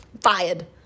Fired